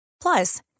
Plus